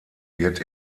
wird